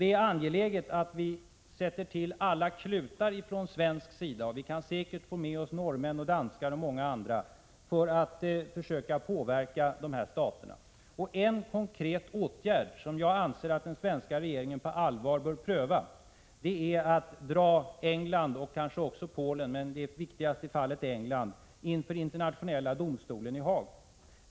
Det är angeläget att vi sätter till alla klutar från svensk sida, och vi kan säkert få med oss norrmän, danskar och många andra, för att försöka påverka de här staterna. En konkret åtgärd, som jag anser att den svenska regeringen på allvar bör pröva, är att dra England och kanske också Polen — men det är viktigast med England — inför Internationella domstolen i Haag.